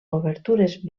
obertures